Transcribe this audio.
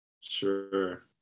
Sure